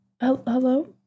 hello